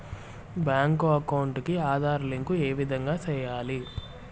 Bank account కి Aadhaar link ఏ విధంగా సెయ్యాలి?